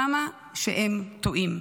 כמה שהם טועים.